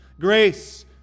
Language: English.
grace